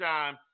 Time